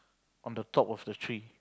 on the top of the tree